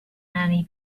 many